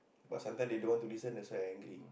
but sometimes they don't want to listen that's why I angry